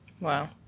Wow